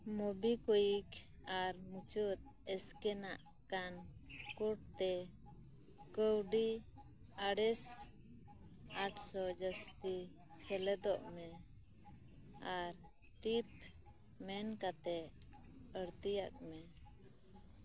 ᱢᱳᱵᱤᱠᱩᱭᱤᱠ ᱟᱨ ᱢᱩᱪᱟᱹᱫ ᱮᱥᱠᱮᱱᱟᱜ ᱠᱟᱱ ᱠᱳᱰ ᱛᱮ ᱠᱟᱹᱣᱰᱤ ᱟᱨ ᱮᱥ ᱟᱴᱥᱚ ᱡᱟᱹᱥᱛᱤ ᱥᱮᱞᱮᱫᱚᱜ ᱢᱮ ᱟᱨ ᱴᱤᱯ ᱢᱮᱱ ᱠᱟᱛᱮᱜ ᱟᱹᱲᱛᱤᱭᱟᱜ ᱢᱮ